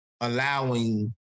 allowing